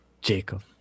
Jacob